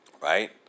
Right